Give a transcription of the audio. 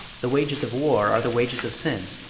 the wages of war are the wages of sin,